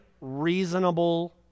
reasonable